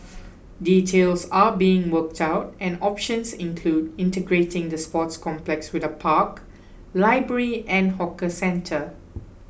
details are being worked out and options include integrating the sports complex with a park library and hawker centre